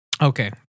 Okay